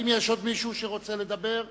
האם יש עוד מישהו שרוצה לדבר?